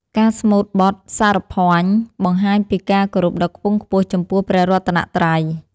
ការស្មូតបទ សរភញ្ញ បង្ហាញពីការគោរពដ៏ខ្ពង់ខ្ពស់ចំពោះព្រះរតនត្រ័យ។